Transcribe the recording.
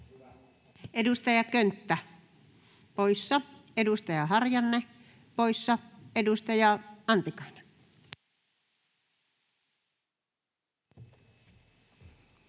Edustaja Könttä poissa, edustaja Harjanne poissa. — Edustaja Antikainen.